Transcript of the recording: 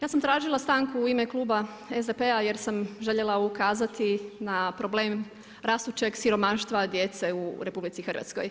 Ja sam tražila stanku u ime kluba SDP-a jer sam željela ukazati na problem rastućeg siromaštva djece u RH.